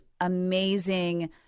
amazing